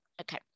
Okay